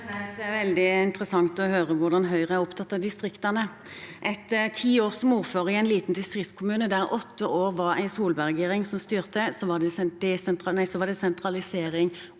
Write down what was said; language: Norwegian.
Det er veldig interessant å høre hvordan Høyre er opptatt av distriktene. Gjennom ti år som ordfører i en liten distriktskommune der det i åtte år var en Solberg-regjeringen som styrte, var det sentralisering